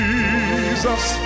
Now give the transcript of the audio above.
Jesus